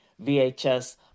VHS